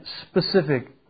specific